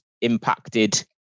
impacted